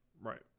Right